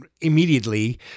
immediately